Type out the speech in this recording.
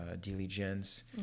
diligence